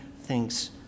thinks